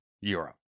Europe